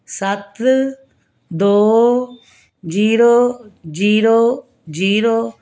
ਸੱਤ ਦੋ zero zero zero